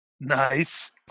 Nice